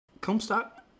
Comstock